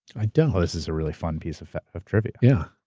i don't. oh, this is a really fun piece of of trivia. yeah.